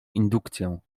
indukcją